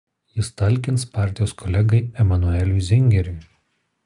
jis talkins partijos kolegai emanueliui zingeriui